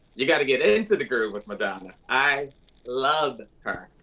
you gotta get into the groove with madonna. i love her.